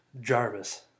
Jarvis